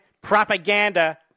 propaganda